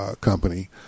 company